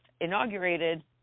inaugurated